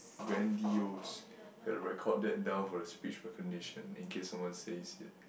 grandiose record that down for speech recognition in case someone says it